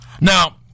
Now